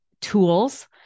tools